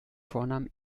vornamen